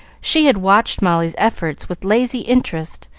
she had watched molly's efforts with lazy interest,